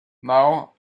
now